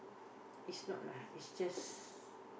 is not lah is just